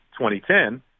2010